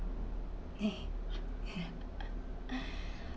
yeah